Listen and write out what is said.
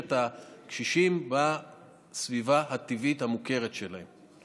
את הקשישים בסביבה הטבעית המוכרת שלהם.